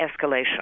escalation